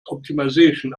optimization